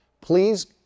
Please